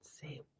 Say